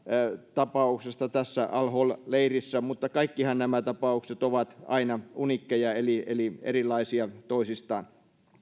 tapauksesta tässä al hol leirissä ja nämä tapauksethan ovat kaikki aina uniikkeja eli eli eroavat toisistaan